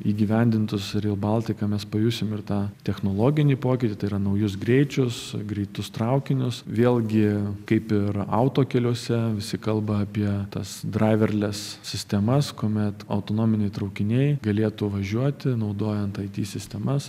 įgyvendintus reilbaltika mes pajusim ir tą technologinį pokytį tai yra naujus greičius greitus traukinius vėlgi kaip ir auto keliuose visi kalba apie tas draiverles sistemas kuomet autonominiai traukiniai galėtų važiuoti naudojant it sistemas